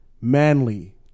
manly